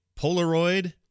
Polaroid